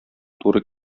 туры